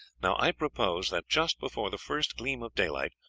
now, i propose that, just before the first gleam of daylight,